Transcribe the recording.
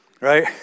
right